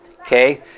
okay